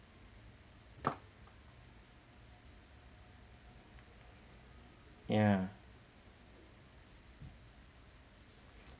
ya